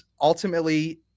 ultimately